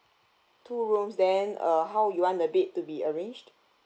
two rooms then uh how you want the bed to be arranged